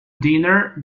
dinner